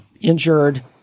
injured